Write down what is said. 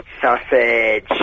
Sausage